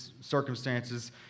Circumstances